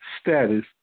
status